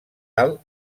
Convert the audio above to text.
alt